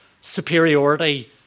superiority